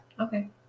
Okay